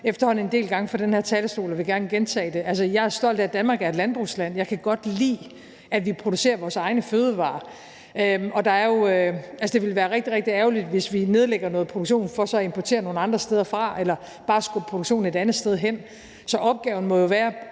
efterhånden har sagt en del gange fra den her talerstol – og jeg vil gerne gentage det – er jeg er stolt af, at Danmark er et landbrugsland. Jeg kan godt lide, at vi producerer vores egne fødevarer. Det ville være rigtig, rigtig ærgerligt, hvis vi nedlagde noget produktion for så at importere varerne nogle andre steder fra eller bare for at skubbe produktionen et andet sted hen. Så opgaven må jo være